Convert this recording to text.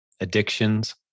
addictions